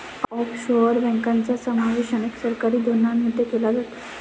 offshore बँकांचा समावेश अनेक सरकारी धोरणांमध्ये केला जातो